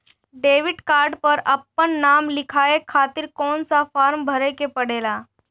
Debit card पर आपन नाम लिखाये खातिर कौन सा फारम भरे के पड़ेला?